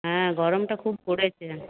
হ্যাঁ গরমটা খুব পড়েছে